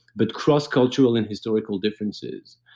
but cross cultural and historical differences.